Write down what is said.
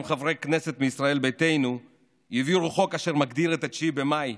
חברי כנסת מישראל ביתנו חוק אשר מגדיר את 9 במאי,